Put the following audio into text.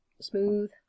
smooth